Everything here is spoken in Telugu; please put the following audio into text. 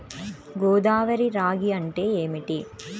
గోదావరి రాగి అంటే ఏమిటి?